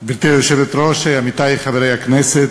גברתי היושבת-ראש, עמיתי חברי הכנסת,